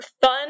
fun